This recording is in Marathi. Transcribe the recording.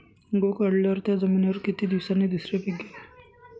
गहू काढल्यावर त्या जमिनीवर किती दिवसांनी दुसरे पीक घ्यावे?